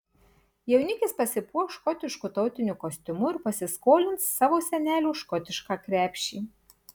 jaunikis pasipuoš škotišku tautiniu kostiumu ir pasiskolins savo senelio škotišką krepšį